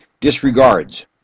disregards